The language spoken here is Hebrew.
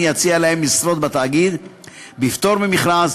יציע להם משרות בתאגיד בפטור ממכרז,